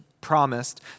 promised